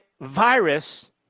virus